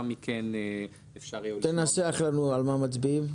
מכן אפשר יהיה לשמוע --- תנסח לנו על מה מצביעים.